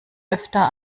öfter